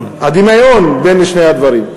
הדמיון בין שני הדברים,